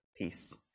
peace